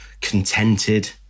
contented